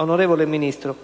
Onorevole Ministro,